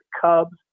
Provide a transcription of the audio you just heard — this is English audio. Cubs